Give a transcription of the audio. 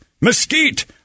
mesquite